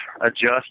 adjust